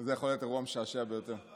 זה יכול להיות אירוע משעשע ביותר.